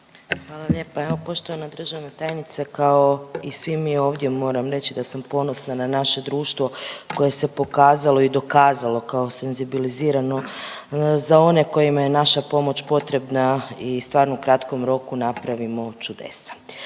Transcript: Hvala lijepa. Evo poštovana državna tajnice, kao i svi mi ovdje moram reći da sam ponosna na naše društvo koje se pokazalo i dokazalo kao senzibilizirano za one kojima je naša pomoć potrebna i stvarno u kratkom roku napravimo čudesa.